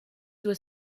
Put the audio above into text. doit